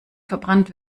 verbrannt